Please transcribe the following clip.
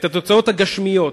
את התוצאות הגשמיות,